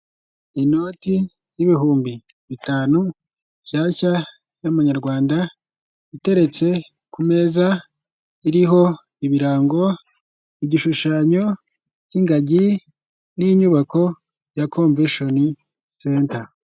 Inoti y'ibihumbi bitanu nshyashya y'amanyarwanda, iteretse ku meza, iriho ibirango, igishushanyo cy'ingagi n'inyubako ya Komveshoni Senta.